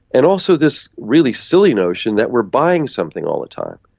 and also this really silly notion that we're buying something all the time.